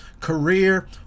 career